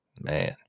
man